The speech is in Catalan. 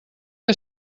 que